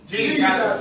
Jesus